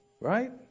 Right